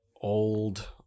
old